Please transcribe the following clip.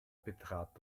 betrat